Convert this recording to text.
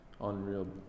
unreal